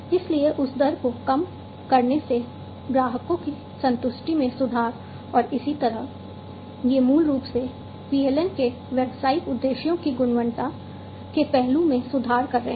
इसलिए उस दर को कम करने से ग्राहकों की संतुष्टि में सुधार और इसी तरह ये मूल रूप से PLM के व्यावसायिक उद्देश्यों की गुणवत्ता के पहलू में सुधार कर रहे हैं